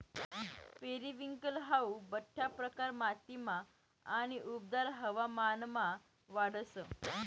periwinkle हाऊ बठ्ठा प्रकार मातीमा आणि उबदार हवामानमा वाढस